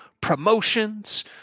promotions